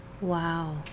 Wow